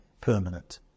permanent